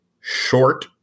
short